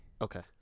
Okay